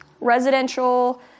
Residential